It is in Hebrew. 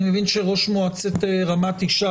אני מבין שראש מועצת רמת ישי,